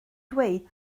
dweud